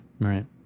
Right